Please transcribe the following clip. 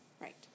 Right